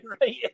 right